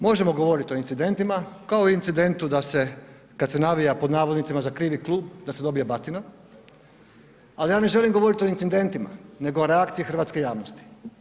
Možemo govoriti o incidentima kao i o incidentu da se kad se navija za „krivi klub“, da se dobije batina ali ja ne želim govoriti o incidentima nego o reakciji hrvatske javnosti.